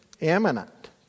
Eminent